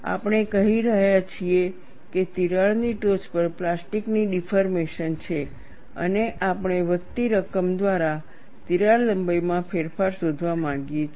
આપણે કહી રહ્યા છીએ કે તિરાડની ટોચ પર પ્લાસ્ટિકની ડિફોર્મેશન છે અને આપણે વધતી રકમ દ્વારા તિરાડ લંબાઈમાં ફેરફાર શોધવા માંગીએ છીએ